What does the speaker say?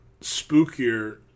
spookier